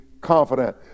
confident